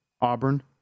Auburn